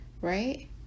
Right